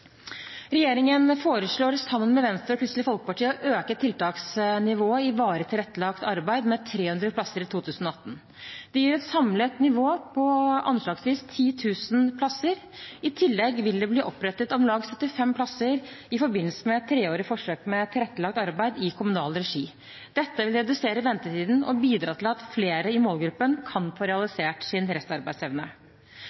Regjeringen foreslår sammen med Venstre og Kristelig Folkeparti å øke tiltaksnivået for varig tilrettelagt arbeid med 300 plasser i 2018. Det gir et samlet nivå på anslagsvis 10 000 plasser. I tillegg vil det bli opprettet om lag 75 plasser i forbindelse med et treårig forsøk med varig tilrettelagt arbeid i kommunal regi. Dette vil redusere ventetiden og bidra til at flere i målgruppen kan få